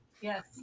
yes